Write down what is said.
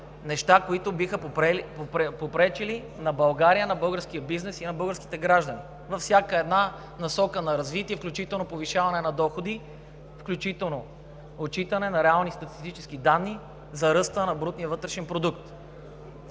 които биха попречили на България, на българския бизнес и на българските граждани във всяка една насока на развитие, включително повишаване на доходи, включително отчитане на реални статистически данни за ръста на брутния вътрешен продукт.